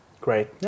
Great